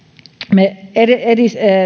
me